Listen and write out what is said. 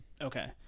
Okay